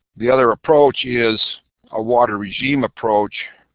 the other approach is a water regime approach